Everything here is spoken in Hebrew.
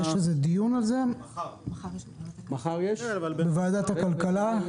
יש דיון על זה בוועדת הכלכלה?